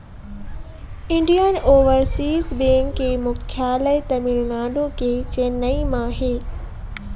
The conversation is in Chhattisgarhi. इंडियन ओवरसीज बेंक के मुख्यालय तमिलनाडु के चेन्नई म हे